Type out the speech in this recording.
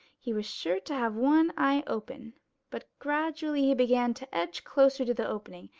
he was sure to have one eye open but gradually he began to edge closer to the opening,